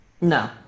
No